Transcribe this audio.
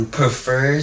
prefer